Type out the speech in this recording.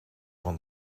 van